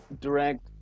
direct